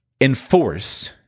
Enforce